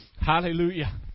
Hallelujah